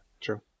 True